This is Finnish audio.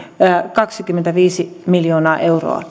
kaksikymmentäviisi miljoonaa